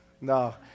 no